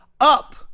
up